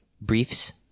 briefs